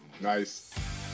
nice